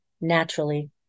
naturally